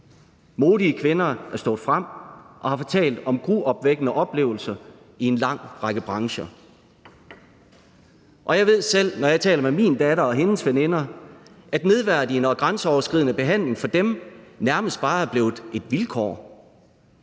Modige kvinder er stået frem og har fortalt om gruopvækkende oplevelser i en lang række brancher. Og jeg ved selv, når jeg taler med min datter og hendes veninder, at nedværdigende og grænseoverskridende behandling for dem nærmest bare er blevet et vilkår.